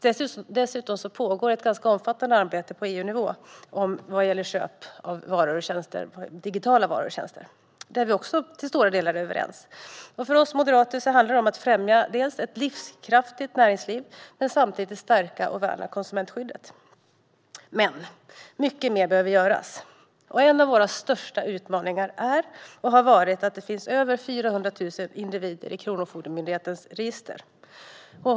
Dessutom pågår det ett ganska omfattande arbete på EU-nivå vad gäller köp av digitala varor och tjänster, där vi också i stora delar är överens. För oss moderater handlar det om att främja ett livskraftigt näringsliv och samtidigt stärka och värna konsumentskyddet. Men mycket mer behöver göras. En av våra största utmaningar är och har varit att det finns över 400 000 individer i Kronofogdemyndighetens register.